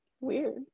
Weird